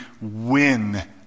win